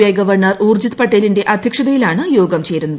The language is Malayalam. ഐ ഗവർണർ ഊർജിത് പട്ടേലിന്റെ അധ്യക്ഷതയിലാണ് യോഗം ചേരുന്നത്